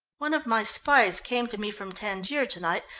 one of my spies came to me from tangier to-night,